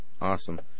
Awesome